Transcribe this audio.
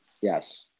Yes